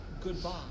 goodbye